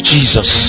Jesus